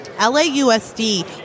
LAUSD